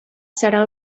serà